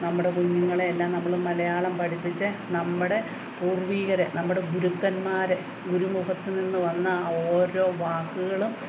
നമ്മുടെ കുഞ്ഞുങ്ങളെയെല്ലാം നമ്മൾ മലയാളം പഠിപ്പിച്ച് നമ്മുടെ പൂർവ്വീകർ നമ്മുടെ ഗുരുക്കന്മാർ ഗുരുമുഖത്ത് നിന്ന് വന്ന ഓരോ വാക്കുകളും